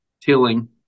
tilling